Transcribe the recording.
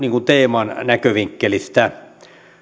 teeman näkövinkkelistä